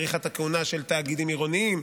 היא האריכה את הכהונה של תאגידים עירוניים,